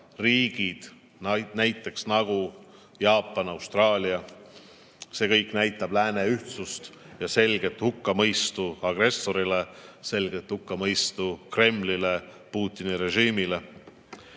riigid nagu Jaapan ja Austraalia, näitab lääne ühtsust ja selget hukkamõistu agressorile, selget hukkamõistu Kremlile, Putini režiimile.